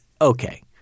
okay